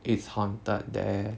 it's haunted there